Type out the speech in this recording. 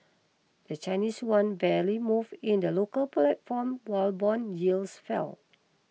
the Chinese yuan barely moved in the local platform while bond yields fell